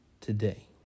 Today